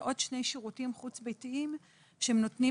ועוד שני שירותים חוץ ביתיים שהם נותנים